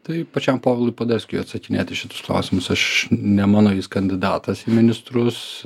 tai pačiam povilui poderskiui atsakinėt į šitus klausimus aš ne mano jis kandidatas į ministrus